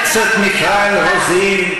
זה מלאכותי?